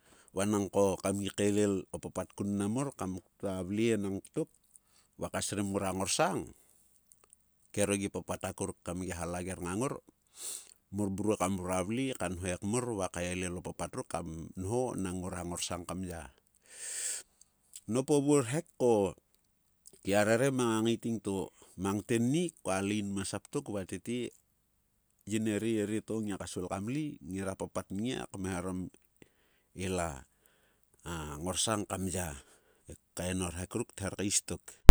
Vanang ko kam gi kaelel o papat kun mnam mor. kam ktua vle enang tok. va ka srim ngrua ngorsang. kero gi papat akuruk kam gia hallager ngang ngor mor mrua vle. ka nho ekmor va ekmor va kaelek o papat ruk kam nho nang ngora ngorsang kam ya. noup o vu rhek ko. kgia rere mang a ngaiting to mang tennik ko a lei nma sap tok va tete yin erie erieto ngiaka svil kam lei. ngera papat nngia kmehaorom ila-a-ngorsa kam ya. Kkaen o rehk ruk. ther kais tok.